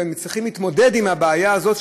וצריכים להתמודד עם הבעיה הזאת,